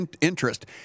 interest